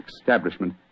establishment